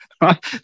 right